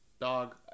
Dog